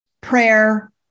prayer